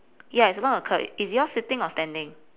yes along the curb is yours sitting or standing